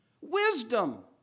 wisdom